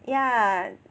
yeah